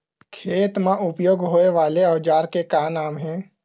खेत मा उपयोग होए वाले औजार के का नाम हे?